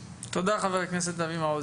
תודה, חבר הכנסת אבי מעוז.